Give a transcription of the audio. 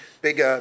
Big